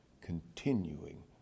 continuing